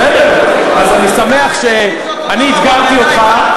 בסדר, אז אני שמח שאתגרתי אותך.